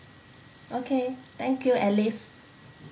okay thank you alice